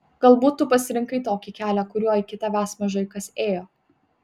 galbūt tu pasirinkai tokį kelią kuriuo iki tavęs mažai kas ėjo